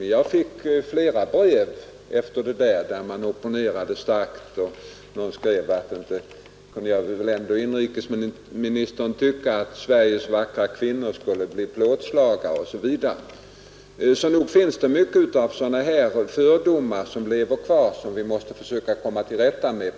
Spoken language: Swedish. Därefter fick jag flera brev, i vilka man opponerade sig starkt och skrev att inte kunde väl ändå inrikesministern tycka att Sveriges vackra kvinnor skulle bli plåtslagare osv. Nog finns det mycket av sådana här fördomar som lever kvar och som vi måste försöka komma till rätta med.